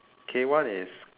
k-one is